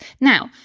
Now